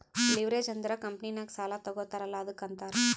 leverage ಅಂದುರ್ ಕಂಪನಿನಾಗ್ ಸಾಲಾ ತಗೋತಾರ್ ಅಲ್ಲಾ ಅದ್ದುಕ ಅಂತಾರ್